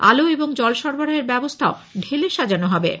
আলো এবং জল সরবরাহের ব্যবস্থাও ঢেলে সাজানো হবে